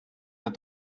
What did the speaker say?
that